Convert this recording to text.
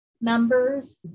members